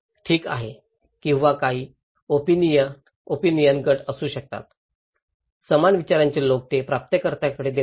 ठीक आहे किंवा काही ओपिनियन गट असू शकतात समान विचारांचे लोक ते प्राप्तकर्त्यांकडे देतात